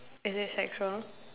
is it sexual